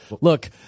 Look